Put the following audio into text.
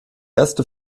erste